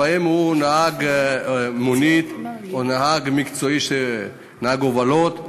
לפעמים זה נהג מונית או נהג מקצועי, נהג הובלות,